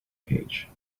page